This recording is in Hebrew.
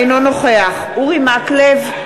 אינו נוכח אורי מקלב,